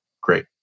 great